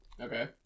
Okay